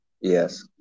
Yes